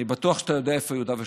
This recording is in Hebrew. אני בטוח שאתה יודע איפה יהודה ושומרון.